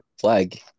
flag